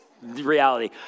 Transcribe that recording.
reality